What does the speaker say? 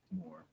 more